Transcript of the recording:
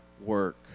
work